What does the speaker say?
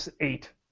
eight